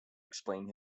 explain